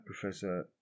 Professor